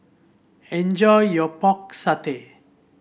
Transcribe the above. enjoy your Pork Satay